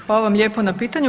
Hvala vam lijepo na pitanju.